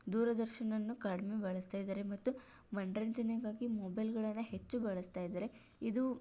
ದೂರದರ್ಶನವನ್ನು ಕಡಿಮೆ ಬಳಸ್ತಾಯಿದ್ದಾರೆ ಮತ್ತು ಮನೋರಂಜನೆಗಾಗಿ ಮೊಬೆಲ್ಗಳನ್ನು ಹೆಚ್ಚು ಬಳಸ್ತಾಯಿದ್ದಾರೆ ಇದು